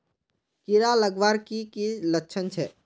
कीड़ा लगवार की की लक्षण छे?